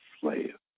slave